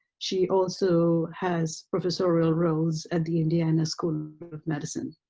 she also has professorial roles at the indiana school of medicine.